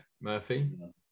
Murphy